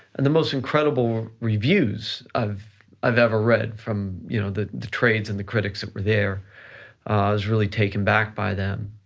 and the most incredible reviews of i've ever read from you know the the trades and the critics that were there, i was really taken back by them,